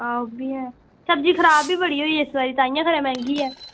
सब्ज़ी खराब बी होई बड़ी खबरै तां गै मैहंगी ऐ